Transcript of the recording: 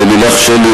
ללילך שלי,